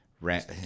rent